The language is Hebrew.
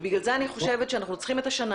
ובגלל זה אני חושבת שאנחנו צריכים את השנה